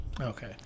okay